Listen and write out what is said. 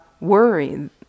worry